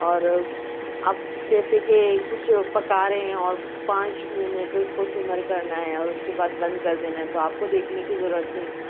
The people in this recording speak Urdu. اور اب جیسے کہ کچھ پکا رہے ہیں اور پانچ منٹ اُس کو سِمر کرنا ہے اور اُس کے بعد بند کردینا ہے تو آپ کو دیکھنے کی ضرورت نہیں